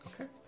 Okay